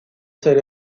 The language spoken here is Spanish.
ser